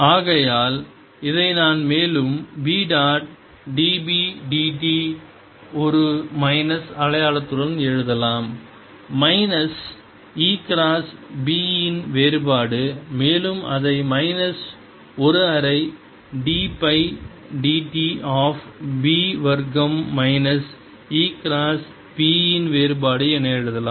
ஆகையால் இதை நான் மேலும் B டாட் dB dt ஒரு மைனஸ் அடையாளத்துடன் எழுதலாம் மைனஸ் E கிராஸ் B இன் வேறுபாடு மேலும் அதை மைனஸ் ஒரு அரை d by dt of B வர்க்கம் மைனஸ் E கிராஸ் B இன் வேறுபாடு என எழுதலாம்